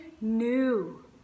new